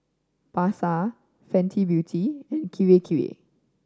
Pasar Fenty Beauty and Kirei Kirei